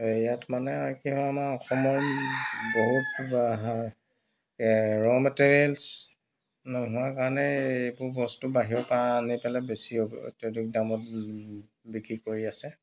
এই ইয়াত মানে কি হয় আমাৰ অসমৰ বহুত ৰ' মেটেৰিয়েলছ নোহোৱা কাৰণে এইবোৰ বস্তু বাহিৰৰ পৰা আনি পেলাই বেছি অত্যাধিক দামত বিক্ৰী কৰি আছে